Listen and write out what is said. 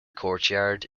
courtyard